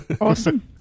awesome